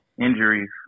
injuries